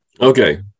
okay